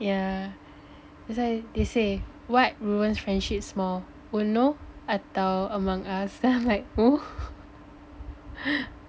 yeah that's why they say what ruins friendships small UNO atau Among Us then I'm like